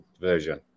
version